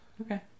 Okay